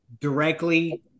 directly